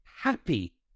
happy